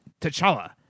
t'challa